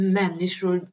människor